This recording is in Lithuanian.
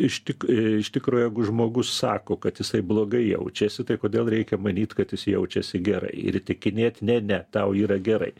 ištik iš tikro jeigu žmogus sako kad jisai blogai jaučiasi tai kodėl reikia manyt kad jis jaučiasi gerai ir įtikinėt ne ne tau yra gerai